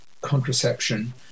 contraception